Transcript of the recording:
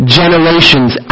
generations